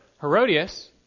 Herodias